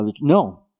No